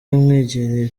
yamwegereye